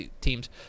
teams